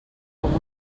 com